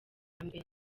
mbere